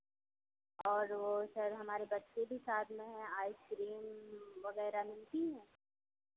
और वो सर हमारे बच्चे भी साथ में हैं आइस क्रीम वगैरह मिलती है